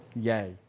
yay